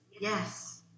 yes